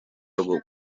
rwo